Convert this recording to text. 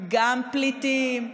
גם פליטים,